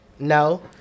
No